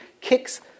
kicks